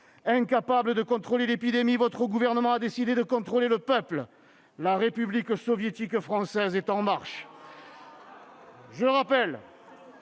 Incapable de contrôler l'épidémie, votre gouvernement a décidé de contrôler le peuple. La République soviétique française est « en marche »! Je rappelle